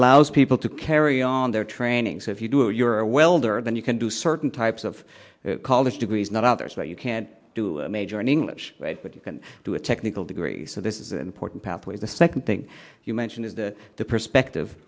allows people to carry on their trainings if you do if you're a welder then you can do certain types of college degrees not others but you can't do major in english but you can do a technical degree so this is an important pathway the second thing you mention is that the perspective